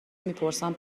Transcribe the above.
میپرسن